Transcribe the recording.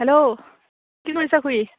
hello কি কৰিছে খুুৰী